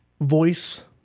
voice